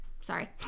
Sorry